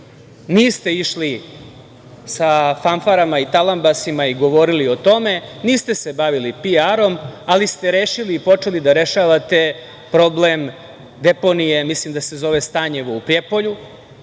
niste išli sa fanfarama i talambasima i govorili o tome, niste se bavili pi-arom, ali ste rešili i počeli da rešavate problem deponije, mislim da se zove „Stanjevine“ u Prijepolju,